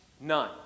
none